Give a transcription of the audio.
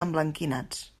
emblanquinats